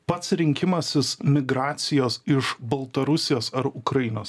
pats rinkimasis migracijos iš baltarusijos ar ukrainos